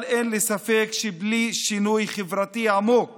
אבל אין לי ספק שבלי שינוי חברתי עמוק